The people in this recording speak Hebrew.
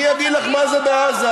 אני אגיד לך מה זה בעזה.